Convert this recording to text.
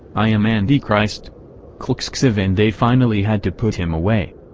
i am antichrist. clxxiv and they finally had to put him away.